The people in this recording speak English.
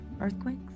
Earthquakes